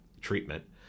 treatment